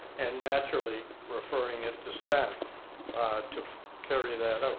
and, naturally, referring it to staff to carry that out,